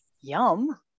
Yum